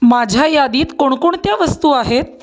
माझ्या यादीत कोणकोणत्या वस्तू आहेत